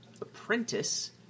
apprentice